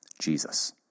Jesus